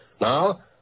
Now